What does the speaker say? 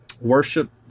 worship